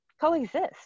coexist